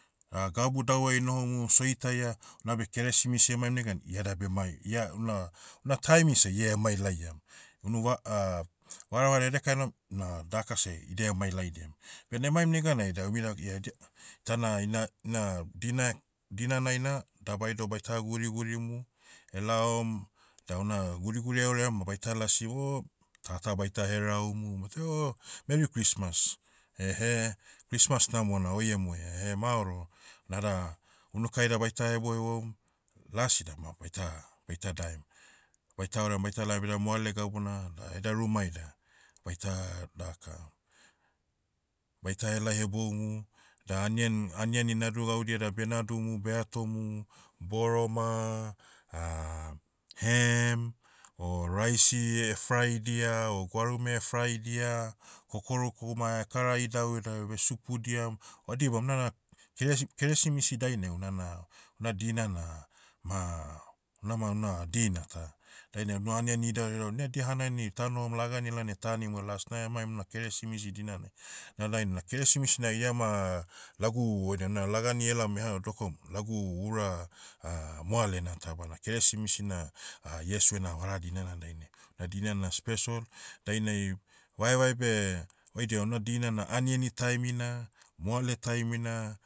gabu dauai enohomu soitaia, nabe keresimisi emaim negan iada bemai- ia- una- una taimi seh ia emailaiam. Unu va- varavara edekai enom, na daka seh idia emailaidiam. Bena emaim neganai da umi da- ia- de- tana ina- ina, dina- dinanai na, dabai doh baita gurigurimu, elaom, da una, guriguri eorem ma baita lasi o, tata baita herahumu, baita o, merry christmas, ehe, christmas namona oi emuai ehe maoro. Nada, unukai da baita hebouheboum, lasi dama baita- baita daem. Baita orem baita laom eda moale gabuna, da eda rumai da, baita daka, baita helai heboumu, eda anian- anian inadu gaudia da benadumu beatomu, boroma, ham, o raisi fraidia o gwarume fraidia, kokoroku ma ekara idauidau ev esupudiam. Odibam nana, keresi- keresimisi dainai una na, una dina na, ma, una ma una dina ta. Dainai unu anian idau eau na dia hanai ni tanohom lagani laonai tanim o las na emaim na keresimisi dinanai. Na dainai na keresimis na iama, lagu, oidam na lagani elaom eha dokom, lagu ura, moalena ta bana keresimisi na iesu ena vara dinana dainai. Una dina na special, dainai, vaevae beh, oidibam na dina na aniani taimina, moale taimina,